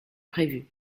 prévu